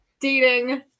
dating